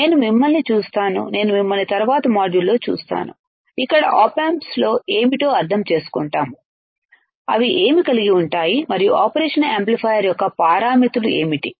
నేను మిమ్మల్ని చూస్తాను నేను మిమ్మల్ని తరువాతి మాడ్యూల్ లో చూస్తాను ఇక్కడ ఆప్ ఆంప్స్ ఏమిటో అర్థం చేసుకుంటాము అవి ఏమి కలిగి ఉంటాయి మరియు ఆపరేషన్ యాంప్లిఫైయర్ యొక్క పారామితులు ఏమిటి